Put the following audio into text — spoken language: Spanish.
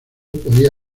podía